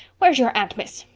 where's your aunt, miss?